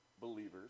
Believers